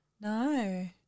no